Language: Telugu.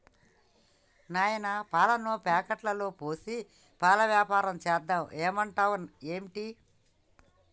నాయనా పాలను ప్యాకెట్లలో పోసి పాల వ్యాపారం సేద్దాం ఏమంటావ్ ఏంటి